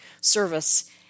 service